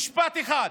במשפט אחד: